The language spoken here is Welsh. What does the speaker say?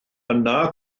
yna